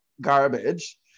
garbage